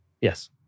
Yes